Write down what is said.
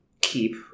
keep